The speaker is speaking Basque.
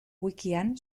wikian